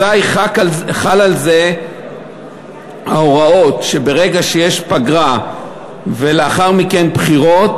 אזי חלות על זה ההוראות שברגע שיש פגרה ולאחר מכן בחירות,